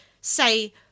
say